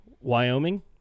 Wyoming